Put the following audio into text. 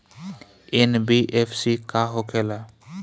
NBFC का होंखे ला?